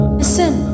listen